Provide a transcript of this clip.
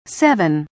seven